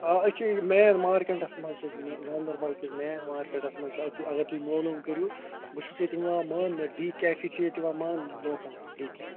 آ أسۍ چھِ مین مارکیٚٹَس مَنٛز چھِ أسۍ گانٛدربَل کِس مین مارکیٚٹَس مَنٛز چھ اگر تُہۍ مولوٗم کٔرِو بہٕ چھُس ییٚتہِ یِوان ماننہٕ ڈی کیفے چھ ییٚتہِ یِوان ماننہٕ لوکل ڈی کیفے